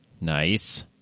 Nice